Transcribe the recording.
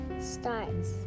starts